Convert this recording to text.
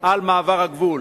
על מעבר הגבול.